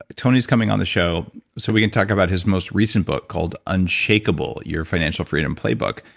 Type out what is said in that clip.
ah tony's coming on the show so we can talk about his most recent book called unshakeable your financial freedom playbook,